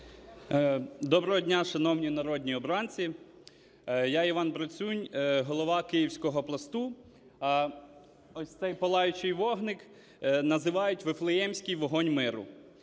Доброго дня, шановні народні обранці. Я, Іван Брацюнь, голова київського Пласту. Ось цей палаючий вогник називають - Вифлеємський вогонь миру.